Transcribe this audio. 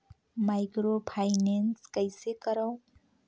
Microfinance कइसे करव?